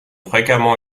fréquemment